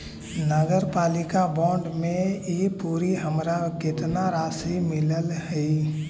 नगरपालिका बॉन्ड में ई तुरी हमरा केतना राशि मिललई हे?